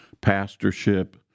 pastorship